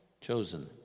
chosen